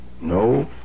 No